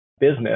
business